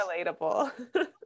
relatable